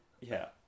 yeah-